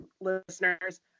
listeners